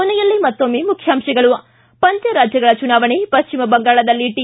ಕೊನೆಯಲ್ಲಿ ಮತ್ತೊಮ್ಮೆ ಮುಖ್ಯಾಂಶಗಳು ು ಪಂಚರಾಜ್ಯಗಳ ಚುನಾವಣೆ ಪಶ್ಚಿಮ ಬಂಗಾಳದಲ್ಲಿ ಟಿ